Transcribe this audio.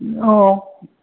औ